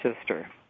sister